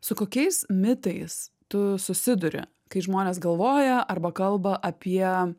su kokiais mitais tu susiduri kai žmonės galvoja arba kalba apie